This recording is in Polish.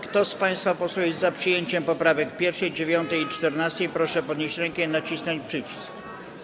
Kto z państwa posłów jest za przyjęciem poprawek 1., 9. i 14., proszę podnieść rękę i nacisnąć przycisk.